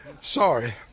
Sorry